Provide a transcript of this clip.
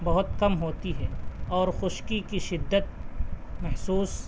بہت کم ہوتی ہے اور خشکی کی شدت محسوس